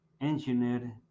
engineer